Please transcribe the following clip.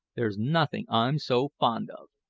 there's nothing i'm so fond of.